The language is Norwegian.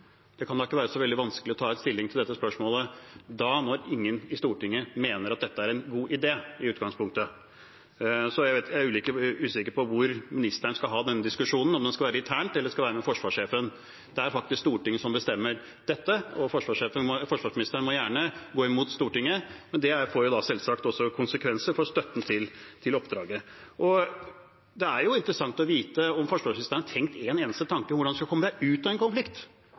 Det kan da ikke være så veldig vanskelig å ta stilling til dette spørsmålet når ingen i Stortinget mener at dette er en god idé i utgangspunktet. Så er jeg usikker på hvor ministeren skal ha denne diskusjonen, om den skal være internt, eller om den skal være med forsvarssjefen. Det er faktisk Stortinget som bestemmer dette. Forsvarsministeren må gjerne gå imot Stortinget, men det får jo da selvsagt også konsekvenser for støtten til oppdraget. Det er også interessant å vite om forsvarsministeren har tenkt en eneste tanke om hvordan man skal komme seg ut av en konflikt.